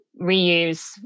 reuse